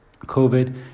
COVID